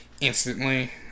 instantly